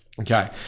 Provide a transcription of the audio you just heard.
Okay